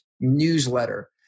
newsletter